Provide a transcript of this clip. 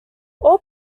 all